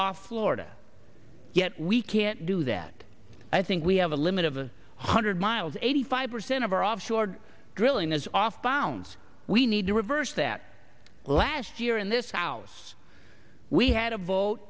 off florida yet we can't do that i think we have a limit of a hundred miles eighty five percent of our offshore drilling is off found we need to reverse that last year in this house we had a